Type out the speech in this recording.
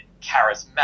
charismatic